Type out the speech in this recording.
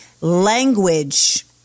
language